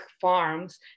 farms